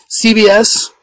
CBS